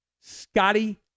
Scotty